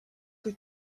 que